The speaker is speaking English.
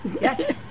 Yes